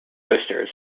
toasters